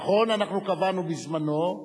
נכון, אנחנו קבענו בזמנו,